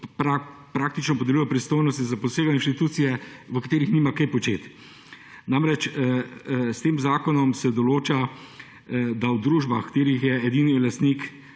praktično podeljuje pristojnosti za poseg v inštitucije v katerih nima kaj početi. Namreč, s tem zakonom se določa, da v družbah v katerih je edini lastnik